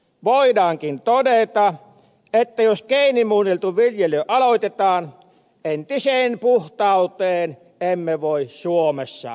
voidaankin todeta että jos geenimuunneltu viljely aloitetaan entiseen puhtauteen emme voi suomessa palata